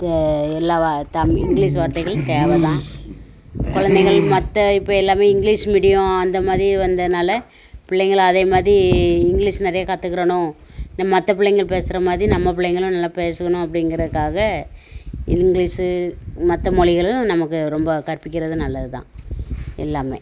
எல்லா வா தமிழ் இங்கிலீஷ் வார்த்தைகள் தேவை தான் குழந்தைகள் மற்ற இப்போ எல்லாம் இங்கிலீஷ் மீடியம் அந்த மாதிரி வந்தனால் பிள்ளைங்களை அதேமாதிரி இங்கிலீஷ் நிறைய கற்றுக்கிரணும் நம் மற்ற பிள்ளைங்க பேசுகிற மாதிரி நம்ம பிள்ளைங்களும் நல்லா பேசணும் அப்படிங்கிறக்காக இங்கிலீஷு மற்ற மொழிகளும் நமக்கு ரொம்ப கற்பிக்கிறது நல்லது தான் எல்லாம்